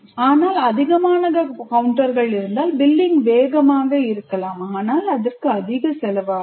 ஆனால் அதிகமான கவுண்டர்கள் இருந்தால் பில்லிங் வேகமாக இருக்கும் ஆனால் அதற்கு அதிக செலவு ஆகும்